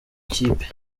ikipe